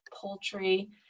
poultry